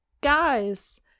guys